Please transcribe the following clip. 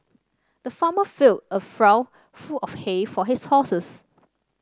the farmer filled a trough full of hay for his horses